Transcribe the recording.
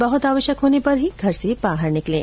बहुत आवश्यक होने पर ही घर से बाहर निकलें